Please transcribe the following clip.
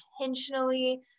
intentionally